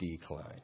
decline